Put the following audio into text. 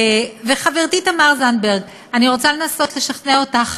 וחברתי תמר זנדברג, אני רוצה לנסות לשכנע אותך,